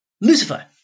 Lucifer